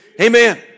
Amen